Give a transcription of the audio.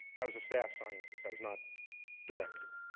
i was a staff scientist, i was not director.